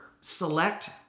select